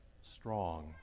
strong